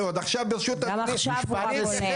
שאנחנו בנושא הזה אפס